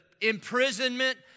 imprisonment